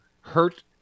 hurt